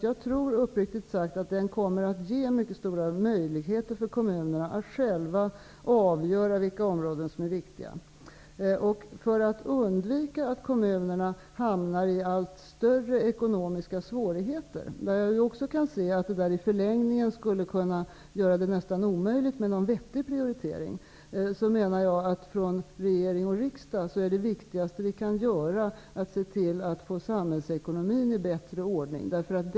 Jag tror uppriktigt sagt att den kommer att ge mycket stora möjligheter för kommunerna att själva avgöra vilka områden som är viktiga. För att undvika att kommunerna hamnar i allt större ekonomiska svårigheter är det viktigaste vi kan göra från regering och riksdag att se till att få samhällsekonomin i bättre ordning. Jag kan se att allt större ekonomiska svårigheter i förlängningen skulle kunna göra det nästan omöjligt med någon vettig prioritering.